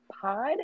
Pod